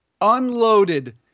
unloaded